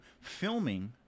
filming